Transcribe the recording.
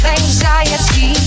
anxiety